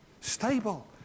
Stable